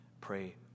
pray